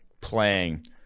playing